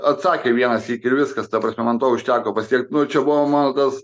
atsakė vienąsyk ir viskas ta prasme man to užteko pasiekt nu čia buvo mano tas